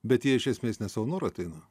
bet jie iš esmės ne savo noru ateina